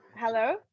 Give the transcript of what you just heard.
hello